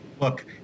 Look